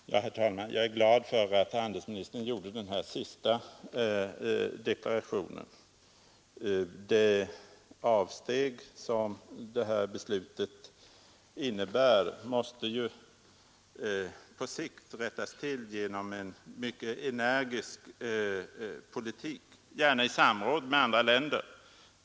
Herr talman! Jag är glad för att handelsministern gjorde den här sista deklarationen. Det avsteg som beslutet innebär måste ju på sikt rättas till genom en mycket energisk politik — gärna i samråd med andra länder.